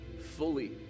fully